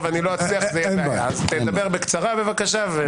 בקצרה בבקשה.